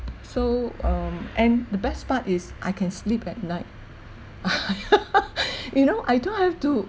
so um and the best part is I can sleep at night you know I don't have to